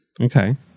Okay